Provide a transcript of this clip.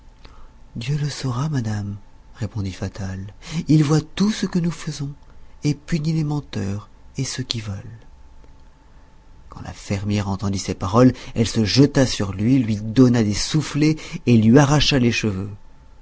dieu le saura madame répondit fatal il voit tout ce que nous faisons et punit les menteurs et ceux qui volent quand la fermière entendit ces paroles elle se jeta sur lui lui donna des soufflets et lui arracha les cheveux